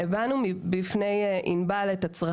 הבענו בפני ענבל והצוות הבין-משרדי את